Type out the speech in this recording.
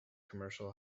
commercial